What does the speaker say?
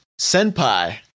Senpai